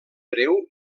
breu